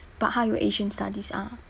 but 他有 asian studies ah